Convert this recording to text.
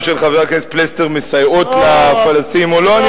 של חבר הכנסת פלסנר מסייעות לפלסטינים או לא?